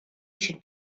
should